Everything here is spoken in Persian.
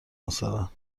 مثلا